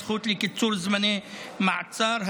הזכות לקיצור זמני מעצר,